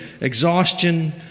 exhaustion